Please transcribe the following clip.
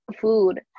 food